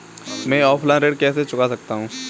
मैं ऑफलाइन ऋण कैसे चुका सकता हूँ?